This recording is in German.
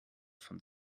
von